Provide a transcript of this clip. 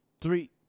three